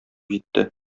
җитте